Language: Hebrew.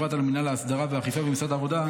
ובפרט על מינהל ההסדרה והאכיפה במשרד העבודה,